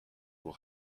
will